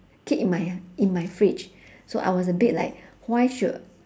keep in my in my fridge so I was a bit like why should